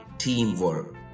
Teamwork